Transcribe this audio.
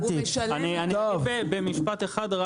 אסיים במשפט אחד.